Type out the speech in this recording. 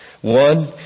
One